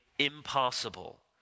impossible